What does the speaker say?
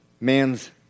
man's